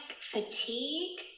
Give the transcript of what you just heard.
fatigue